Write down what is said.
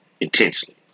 Intensely